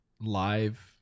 live